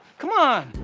come on!